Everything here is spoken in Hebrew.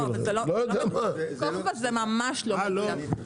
זה ממש לא מדויק.